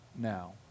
now